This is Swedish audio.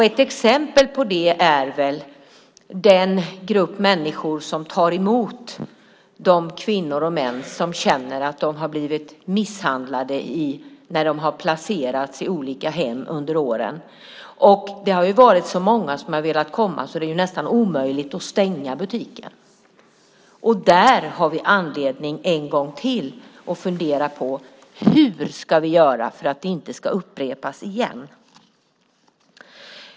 Ett exempel på det är väl den grupp människor som tar emot de kvinnor och män som känner att de har blivit misshandlade när de har placerats i olika hem under åren. Det har varit så många som har velat komma så att det nästan är omöjligt att stänga butiken. Där har vi anledning en gång till att fundera på hur vi ska göra för att det inte ska upprepas.